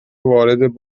وارد